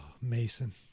Mason